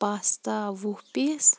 pasta وُہ پیٖس